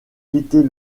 quitter